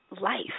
Life